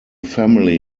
family